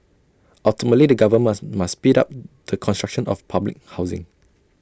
ultimately the govern must must speed up the construction of public housing